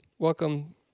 Welcome